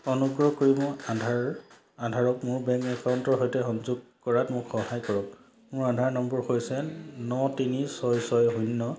অনুগ্ৰহ কৰি মোৰ আধাৰ আধাৰক মোৰ বেংক একাউণ্টৰ সৈতে সংযোগ কৰাত মোক সহায় কৰক মোৰ আধাৰ নম্বৰ হৈছে ন তিনি ছয় ছয় শূন্য